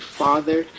father